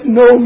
no